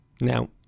Now